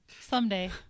Someday